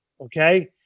Okay